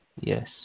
Yes